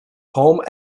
home